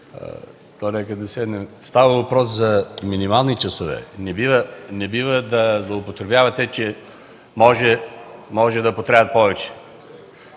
Дукова, става дума за минимални часове. Не бива да злоупотребявате, че може да потрябват повече.